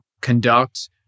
conduct